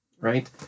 right